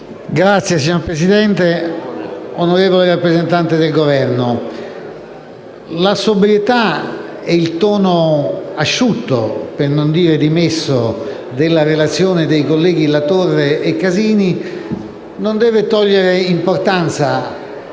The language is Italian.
*(CoR)*. Signor Presidente, onorevoli rappresentanti del Governo, la sobrietà e il tono asciutto, per non dire dimesso, della relazione dei colleghi Latorre e Casini non deve togliere importanza